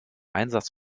einsatz